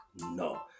no